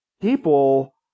people